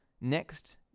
Next